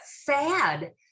sad